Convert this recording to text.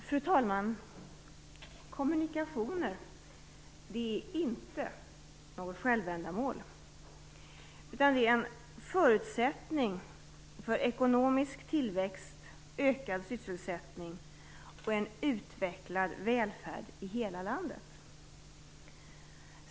Fru talman! Kommunikationer är inte något självändamål. Det är en förutsättning för ekonomisk tillväxt, ökad sysselsättning och en utvecklad välfärd i hela landet.